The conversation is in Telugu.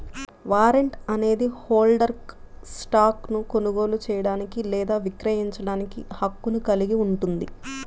వారెంట్ అనేది హోల్డర్కు స్టాక్ను కొనుగోలు చేయడానికి లేదా విక్రయించడానికి హక్కును కలిగి ఉంటుంది